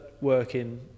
working